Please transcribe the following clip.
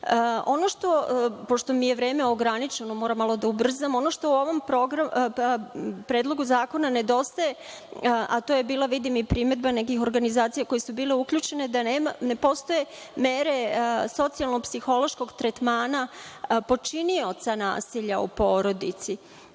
sačuvamo. Pošto mi je vreme ograničeno moram malo da ubrzam. Ono što ovom predlogu zakona nedostaje, a to je bila, vidim, i primedba nekih organizacija koje su bile uključene, jeste to da ne postoje mere socijalno-psihološkog tretmana počinioca nasilja u porodici.